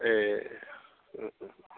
ए